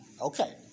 Okay